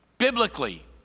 Biblically